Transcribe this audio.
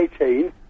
eighteen